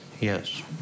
Yes